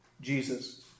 Jesus